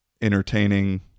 entertaining